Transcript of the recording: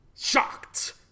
shocked